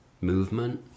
movement